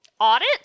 audit